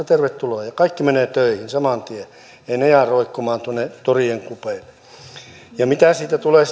tervetuloa ja kaikki menevät töihin saman tien eivät he jää roikkumaan tuonne torien kupeille mitä sitten tulee